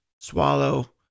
swallow